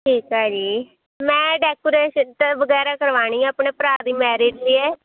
ਠੀਕ ਹੈ ਜੀ ਮੈਂ ਡੈਕੋਰੇਸ਼ਨ ਤ ਵਗੈਰਾ ਕਰਵਾਉਣੀ ਆ ਆਪਣੇ ਭਰਾ ਦੀ ਮੈਰਿਜ ਹੈ